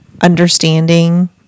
understanding